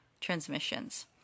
transmissions